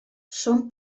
són